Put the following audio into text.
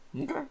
Okay